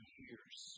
years